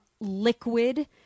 liquid